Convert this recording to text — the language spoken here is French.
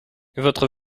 votre